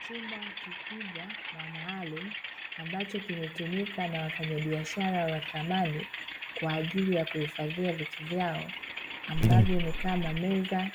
Chumba kikubwa na maalumu, ambacho kimetumika na wafanyabiashara wa samani kwa ajili kuhifadhia vitu vyao, ambavyo ni kama meza,